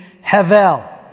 havel